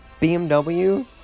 BMW